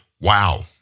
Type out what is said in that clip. Wow